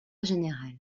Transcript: général